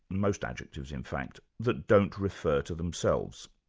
most adjectives in fact, that don't refer to themselves?